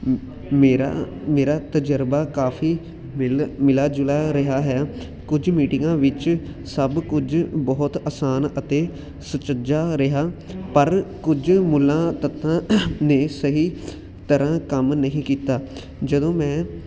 ਮੇਰਾ ਮੇਰਾ ਤਜਰਬਾ ਕਾਫੀ ਮਿਲ ਮਿਲਾ ਜੁਲਾ ਰਿਹਾ ਹੈ ਕੁਝ ਮੀਟਿੰਗਾਂ ਵਿੱਚ ਸਭ ਕੁਝ ਬਹੁਤ ਆਸਾਨ ਅਤੇ ਸੁਚੱਜਾ ਰਿਹਾ ਪਰ ਕੁਝ ਮੂਲ ਤੱਤਾਂ ਨੇ ਸਹੀ ਤਰ੍ਹਾਂ ਕੰਮ ਨਹੀਂ ਕੀਤਾ ਜਦੋਂ ਮੈਂ